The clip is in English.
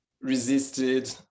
resisted